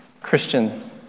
Christian